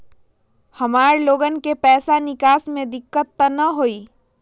हमार लोगन के पैसा निकास में दिक्कत त न होई?